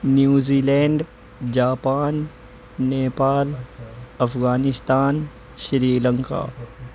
New Zealand Japan Nepal Afghanistan Sri Lanka